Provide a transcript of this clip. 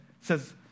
says